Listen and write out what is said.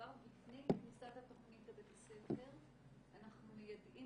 כבר לפני כניסת התוכנית לבית הספר אנחנו מיידעים